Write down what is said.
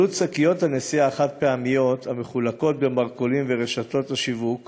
עלות שקיות הנשיאה החד-פעמיות המחולקות במרכולים וברשתות השיווק